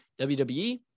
WWE